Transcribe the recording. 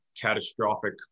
catastrophic